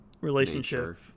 relationship